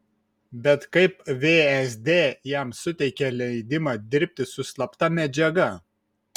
bet kaip vsd jam suteikė leidimą dirbti su slapta medžiaga